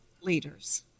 leaders